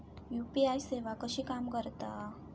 UPI सेवा कशी काम करता?